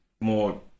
more